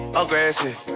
aggressive